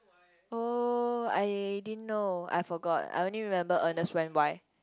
oh I didn't know I forget I only remember Ernest went Y